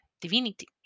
divinity